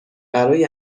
برای